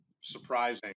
surprising